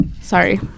Sorry